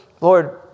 Lord